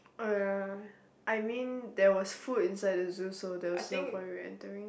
uh I mean there was food inside the zoo so there was no point reentering